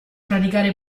praticare